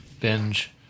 binge